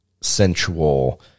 sensual